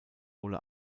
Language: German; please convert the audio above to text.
ole